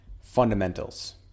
fundamentals